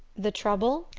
the trouble?